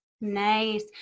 Nice